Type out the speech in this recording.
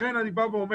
לכן אני אומר,